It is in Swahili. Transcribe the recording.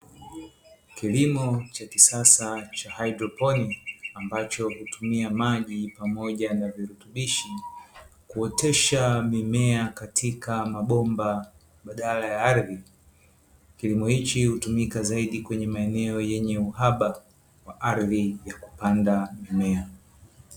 Kilimo cha kisasa cha haidroponi ambacho hutumia maji pamoja na virutubishi kuotesha mimea katika mabomba badala ya ardhi. Kilimo hichi hutumika zaidi kwenye maeneo yenye uhaba wa ardhi ya kupanda mimea.